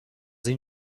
این